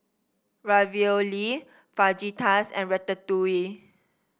Ravioli Fajitas and Ratatouille